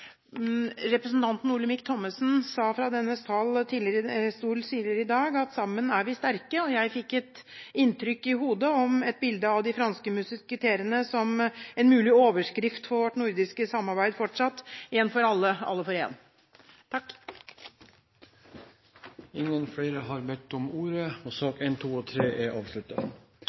Representanten Olemic Thommessen sa fra denne talerstol tidligere i dag at vi er sterke sammen. Da fikk jeg et bilde i mitt hode av de tre musketerer som en mulig overskrift for et fortsatt nordisk samarbeid: én for alle, alle for én. Flere har ikke bedt om ordet til sakene nr. 1, 2 og 3. Arbeidet mot internasjonal terrorisme har stått på dagsordenen i FN i flere tiår. Det er